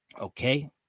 okay